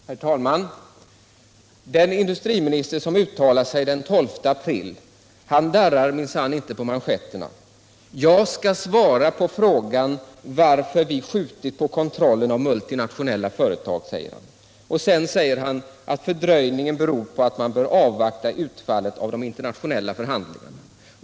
Herr talman! Den industriminister som uttalar sig den 12 april darrar minsann inte på manschetterna. ”Jag skall svara på frågan varför vi skjutit på kontrollen av multinationella företag”, säger han. Sedan förklarar han att fördröjningen beror på att man bör avvakta utfallet av de internationella förhandlingarna.